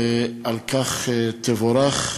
ועל כך תבורך.